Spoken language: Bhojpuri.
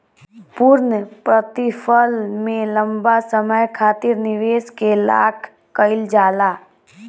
पूर्णप्रतिफल में लंबा समय खातिर निवेश के लाक कईल जाला